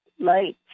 light